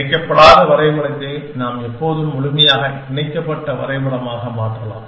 இணைக்கப்படாத வரைபடத்தை நாம் எப்போதும் முழுமையாக இணைக்கப்பட்ட வரைபடமாக மாற்றலாம்